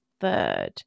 third